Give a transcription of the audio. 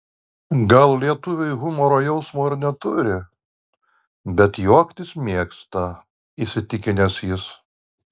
gal lietuviai humoro jausmo ir neturi bet juoktis mėgsta įsitikinęs jis